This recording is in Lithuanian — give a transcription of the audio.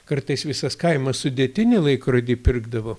kartais visas kaimas sudėtinį laikrodį pirkdavo